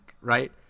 Right